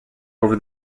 over